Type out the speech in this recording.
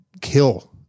kill